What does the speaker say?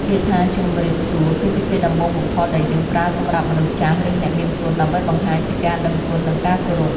ពាក្យថាជម្រាបសួរគឺជាពាក្យដំបូងបំផុតដែលយើងប្រើសម្រាប់មនុស្សចាស់ឬអ្នកមានគុណដើម្បីបង្ហាញពីការដឹងគុណនិងការគោរព។